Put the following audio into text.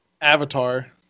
avatar